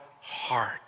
heart